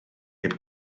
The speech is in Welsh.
heb